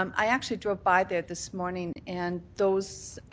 um i actually drove by there this morning and those